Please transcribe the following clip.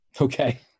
Okay